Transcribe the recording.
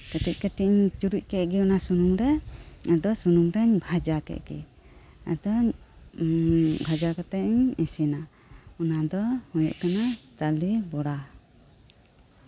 ᱠᱟᱹᱴᱤᱡ ᱠᱟᱹᱴᱤᱡ ᱤᱧ ᱪᱩᱨᱩᱡ ᱠᱮᱫ ᱜᱮ ᱚᱱᱟ ᱥᱩᱱᱩᱢᱨᱮ ᱟᱫᱚ ᱥᱩᱱᱩᱢᱨᱮᱧ ᱵᱷᱟᱡᱟ ᱠᱮᱫ ᱜᱮ ᱟᱫᱚᱧ ᱵᱷᱟᱡᱟ ᱠᱟᱛᱮᱫ ᱤᱧ ᱤᱥᱤᱱᱟ ᱚᱱᱟ ᱫᱚ ᱦᱳᱭᱳᱜ ᱠᱟᱱᱟ ᱛᱟᱞᱮᱵᱚᱲᱟ